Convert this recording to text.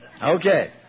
Okay